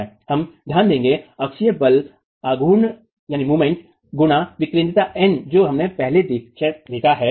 हम ध्यान देंगे अक्षीय बल आघूर्ण गुणा विकेंद्रिता N जो हमने पहले देखा है